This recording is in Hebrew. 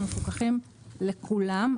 הם מפוקחים לכולם,